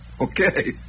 okay